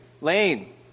Lane